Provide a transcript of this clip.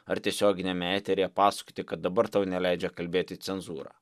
ar tiesioginiame eteryje pasakoti kad dabar tau neleidžia kalbėti cenzūra